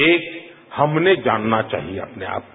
एक हमने जानना चाहिए अपने आप को